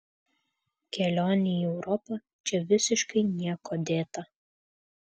kelionė į europą čia visiškai niekuo dėta